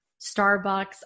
starbucks